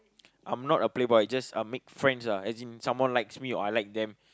I'm not a playboy just I make friends ah as in someone likes me or I like them